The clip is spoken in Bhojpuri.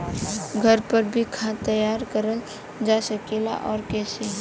घर पर भी खाद तैयार करल जा सकेला और कैसे?